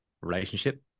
relationship